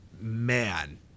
Man